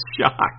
shocked